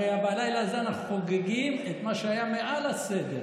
הרי בלילה הזה אנחנו חוגגים את מה שהיה מעל לסדר.